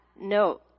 No